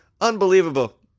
Unbelievable